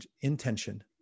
intention